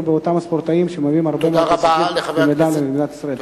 באותם ספורטאים שמביאים הרבה מאוד הישגים למדינת ישראל.